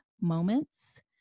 moments